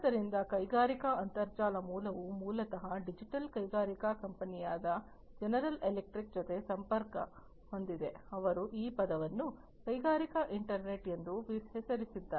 ಆದ್ದರಿಂದ ಕೈಗಾರಿಕಾ ಅಂತರ್ಜಾಲ ಮೂಲವು ಮೂಲತಃ ಡಿಜಿಟಲ್ ಕೈಗಾರಿಕಾ ಕಂಪನಿಯಾದ ಜನರಲ್ ಎಲೆಕ್ಟ್ರಿಕ್ ಜೊತೆ ಸಂಪರ್ಕ ಹೊಂದಿದೆ ಅವರು ಈ ಪದವನ್ನು ಕೈಗಾರಿಕಾ ಇಂಟರ್ನೆಟ್ ಎಂದು ಹೆಸರಿಸಿದ್ದಾರೆ